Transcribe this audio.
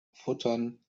futtern